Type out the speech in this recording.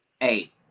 Eight